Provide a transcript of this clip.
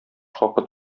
хакы